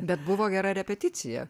bet buvo gera repeticija